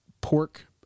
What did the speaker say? pork